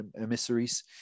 emissaries